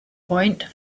point